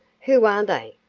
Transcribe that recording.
who are they?